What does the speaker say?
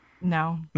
No